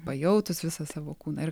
pajautus visą savo kūną